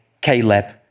Caleb